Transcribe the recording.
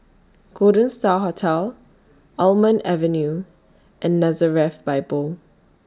Golden STAR Hotel Almond Avenue and Nazareth Bible